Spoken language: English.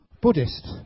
Buddhist